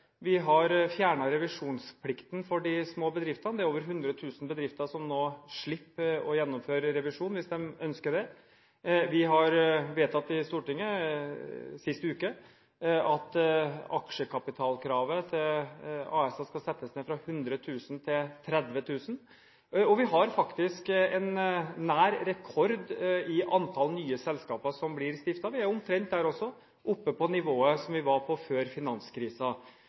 Vi har fjernet revisjonsplikten for de små bedriftene. Det er over 100 000 bedrifter som nå slipper å gjennomføre revisjon, hvis de ønsker det. Vi har vedtatt i Stortinget, sist uke, at aksjekapitalkravet til AS-er skal settes ned fra 100 000 til 30 000 kr, og vi har faktisk nær en rekord i antall nye selskaper som blir stiftet. Vi er der også omtrent oppe på nivået som vi var på før